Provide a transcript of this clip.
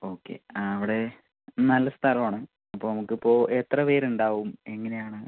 okay അവിടെ നല്ല സ്ഥലം ആണ് അപ്പോൾ നമുക്ക് ഇപ്പോൾ എത്ര പേര് ഉണ്ടാകും എങ്ങനെ ആണ്